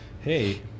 hey